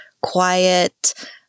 quiet